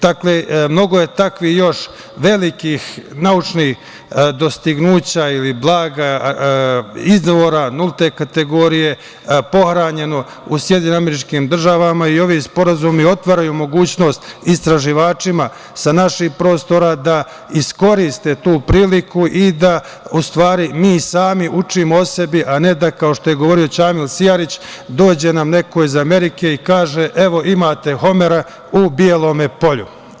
Dakle, mnogo je takvih još velikih naučnih dostignuća ili blaga, izvora nulte kategorije, pohranjeno u SAD i ovim sporazumi otvaraju mogućnost istraživačima sa naših prostora da iskoriste tu priliku, i da, u stvari, mi sami učimo o sebi, a ne da, kao što je govorio Ćamil Sijarić, dođe nam neko iz Amerike i kaže – evo, imate Homera u Bijelome Polju.